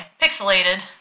Pixelated